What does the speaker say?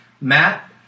Matt